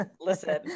Listen